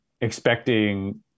expecting